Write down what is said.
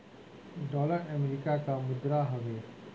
dollar America कअ मुद्रा हवे